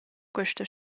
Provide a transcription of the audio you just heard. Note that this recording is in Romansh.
questa